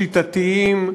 שיטתיים,